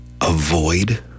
avoid